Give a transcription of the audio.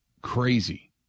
crazy